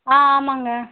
ஆ ஆமாம்ங்க